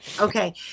Okay